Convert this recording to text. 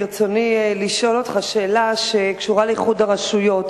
ברצוני לשאול אותך שאלה שקשורה לאיחוד הרשויות.